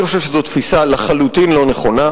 אני חושב שזאת תפיסה לחלוטין לא נכונה,